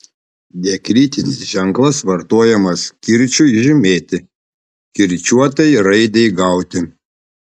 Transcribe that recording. diakritinis ženklas vartojamas kirčiui žymėti kirčiuotai raidei gauti